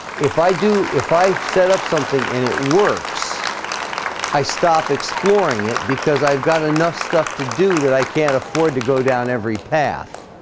if i do if i set up something and it works i stop exploring it because i've got enough stuff to do that. i can't afford to go down every path